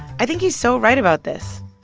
i think he's so right about this.